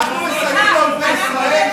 אנחנו מסייעים לאויבי ישראל?